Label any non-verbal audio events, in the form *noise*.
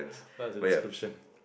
*laughs* what's the description